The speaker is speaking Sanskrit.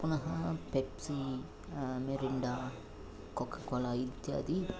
पुनः पेप्सी मेरिण्डा कोककोल इत्यादि